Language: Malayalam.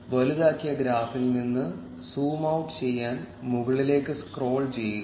വലുതാക്കിയ ഗ്രാഫിൽ നിന്ന് സൂംഔട്ട് ചെയ്യാൻ മുകളിലേക്ക് സ്ക്രോൾ ചെയ്യുക